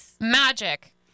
Magic